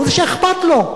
הוא זה שאכפת לו.